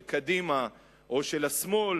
אם הטענות של קדימה או של השמאל